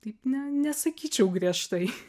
taip ne nesakyčiau griežtai